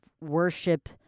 worship